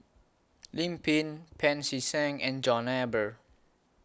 Lim Pin Pancy Seng and John Eber